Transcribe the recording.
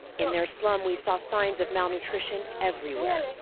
in their slum, we saw signs of malnutrition everywhere,